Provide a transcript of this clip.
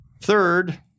Third